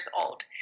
old